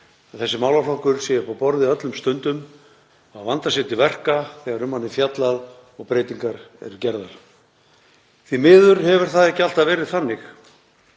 þessi málaflokkur sé uppi á borði öllum stundum, að vandað sé til verka þegar um hann er fjallað og breytingar eru gerðar. Því miður hefur það ekki alltaf verið þannig.